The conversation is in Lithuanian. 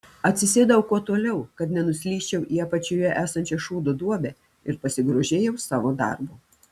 atsisėdau kuo toliau kad nenuslysčiau į apačioje esančią šūdo duobę ir pasigrožėjau savo darbu